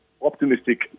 optimistic